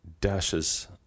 dashes